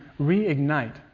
reignite